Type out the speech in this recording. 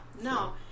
no